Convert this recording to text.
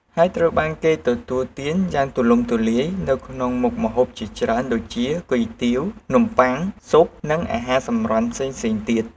ហើយត្រូវបានគេទទួលទានយ៉ាងទូលំទូលាយនៅក្នុងមុខម្ហូបជាច្រើនដូចជា គុយទាវ នំបុ័ង ស៊ុប និងអាហារសម្រន់ផ្សេងៗទៀត។